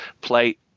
play